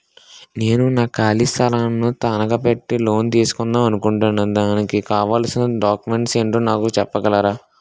నేను నా ఖాళీ స్థలం ను తనకా పెట్టి లోన్ తీసుకుందాం అనుకుంటున్నా దానికి కావాల్సిన డాక్యుమెంట్స్ ఏంటో నాకు చెప్పగలరా?